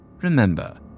remember